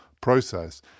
process